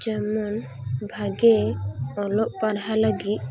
ᱡᱮᱢᱚᱱ ᱵᱷᱟᱜᱮ ᱚᱞᱚᱜ ᱯᱟᱲᱦᱟᱣ ᱞᱟ ᱜᱤᱫ